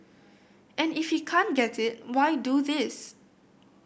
and if he can't get it why do this